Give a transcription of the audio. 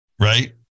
Right